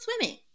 swimming